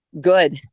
good